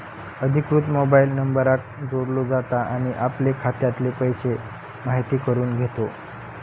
अधिकृत मोबाईल नंबराक जोडलो जाता आणि आपले खात्यातले पैशे म्हायती करून घेता